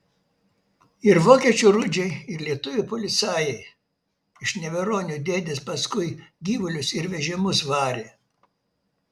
ir vokiečių rudžiai ir lietuvių policajai iš neveronių dėdės paskui gyvulius ir vežimus varė